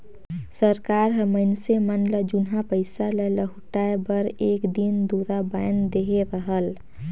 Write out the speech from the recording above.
सरकार हर मइनसे मन ल जुनहा पइसा ल लहुटाए बर एक दिन दुरा बांएध देहे रहेल